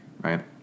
Right